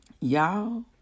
Y'all